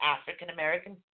African-American